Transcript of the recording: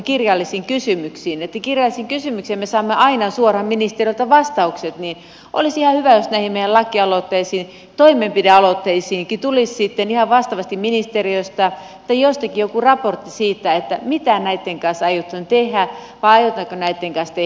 kun kirjallisiin kysymyksiin me saamme aina suoraan ministeriöstä vastaukset niin olisi ihan hyvä jos näihin meidän lakialoitteisiimme toimenpidealoitteisiinkin tulisi sitten ihan vastaavasti ministeriöstä tai jostakin joku raportti siitä mitä näitten kanssa aiotaan tehdä vai aiotaanko näitten kanssa tehdä mitään